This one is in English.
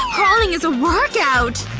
crawling is a workout